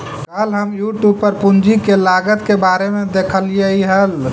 कल हम यूट्यूब पर पूंजी के लागत के बारे में देखालियइ हल